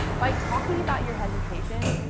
by talking about your hesitations,